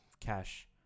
cash